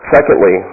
Secondly